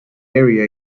area